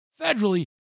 federally